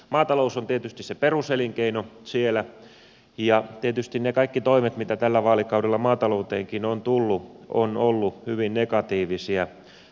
maatalous on tietysti se peruselinkeino siellä ja tietysti ne kaikki toimet joita tällä vaalikaudella maatalouteenkin on tullut ovat olleet hyvin negatiivisia